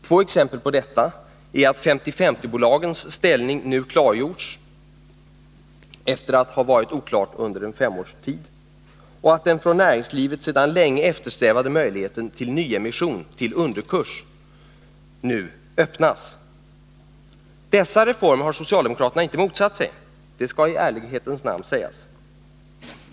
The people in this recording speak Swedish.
Två exempel på detta är att 50/50-bolagens ställning nu klargörs efter att under fem år ha varit oklar och att den från näringslivet sedan länge eftersträvade möjligheten till nyemission till underkurs nu öppnas. Dessa reformer har socialdemokraterna inte motsatt sig. Det skall i ärlighetens namn sägas.